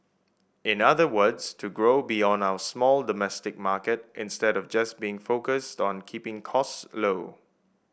in other words to grow beyond our small domestic market instead of just being focused on keeping costs low